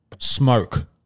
Smoke